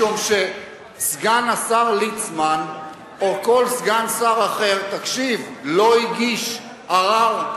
משום שסגן השר ליצמן או כל סגן שר אחר לא הגיש ערר,